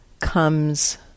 comes